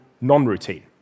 non-routine